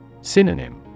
Synonym